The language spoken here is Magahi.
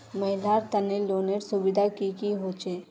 महिलार तने लोनेर सुविधा की की होचे?